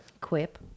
Quip